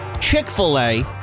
Chick-fil-A